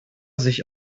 sich